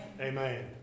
Amen